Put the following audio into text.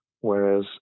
whereas